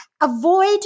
Avoid